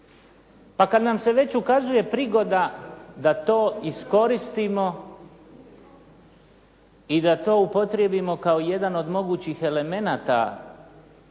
pa kada nam se već ukazuje prigoda da to iskoristimo i da to upotrijebimo kao jedan od mogućih elemenata